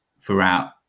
throughout